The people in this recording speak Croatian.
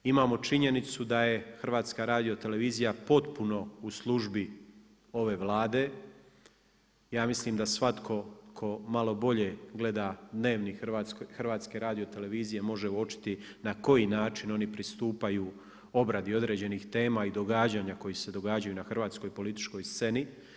Imamo činjenicu da je HRT potpuno u službi ove Vlade, ja mislim da svatko tko malo bolje gleda Dnevnik HRT-a može uočiti na koji način oni pristupaju obradi određenih tema i događanja koji se događaju na hrvatskoj političkoj sceni.